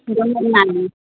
नाही नाही